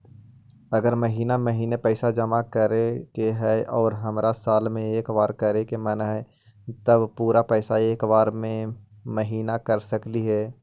अगर महिने महिने पैसा जमा करे के है और हमरा साल में एक बार करे के मन हैं तब पुरा पैसा एक बार में महिना कर सकली हे?